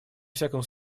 всяком